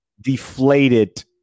Deflated